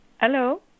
Hello